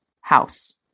house